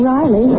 Riley